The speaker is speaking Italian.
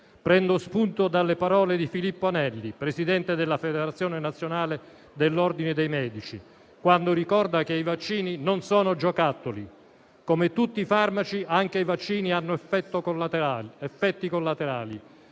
Prendo spunto dalle parole di Filippo Anelli, presidente della Federazione nazionale dell'ordine dei medici, quando ricorda che i vaccini non sono giocattoli. Come tutti i farmaci, anche i vaccini hanno effetti collaterali,